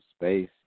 space